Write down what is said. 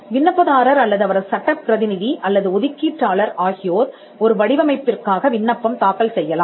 விண்ணப்பதாரர் அல்லது அவரது சட்டப் பிரதிநிதி அல்லது ஒதுக்கீட்டாளர் ஆகியோர் ஒரு வடிவமைப்பிற்காக விண்ணப்பம் தாக்கல் செய்யலாம்